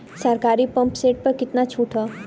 सरकारी pump set प कितना छूट हैं?